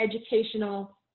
educational